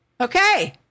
Okay